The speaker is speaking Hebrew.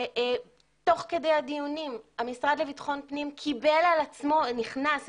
שתוך כדי הדיונים המשרד לביטחון פנים קיבל על עצמו ונכנס,